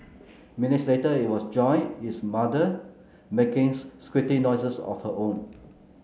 minutes later it was joined its mother making squeaky noises of her own